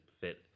fit